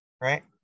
Right